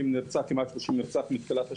כמעט 30 נרצחים מתחילת השנה.